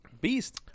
Beast